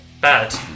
bad